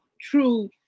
true